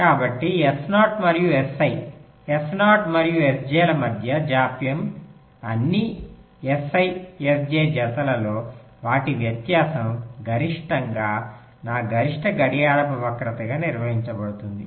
కాబట్టి S0 మరియు Si S0 మరియు Sj ల మధ్య జాప్యం అన్ని Si Sj జతలలో వాటి వ్యత్యాసం గరిష్టంగా నా గరిష్ట గడియారపు వక్రతగా నిర్వచించబడుతుంది